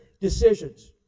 Decisions